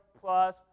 plus